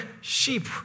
sheep